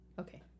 okay